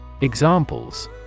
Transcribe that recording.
Examples